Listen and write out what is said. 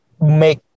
make